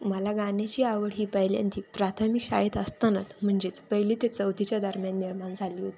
मला गाण्याची आवड ही पहिल्यांदी प्राथमिक शाळेत असतानाच म्हणजेच पहिली ते चौथीच्या दरम्यान निर्माण झाली होती